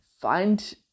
find